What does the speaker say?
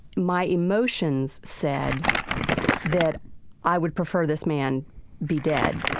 my emotions said that i would prefer this man be dead.